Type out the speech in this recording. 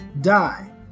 die